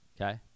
Okay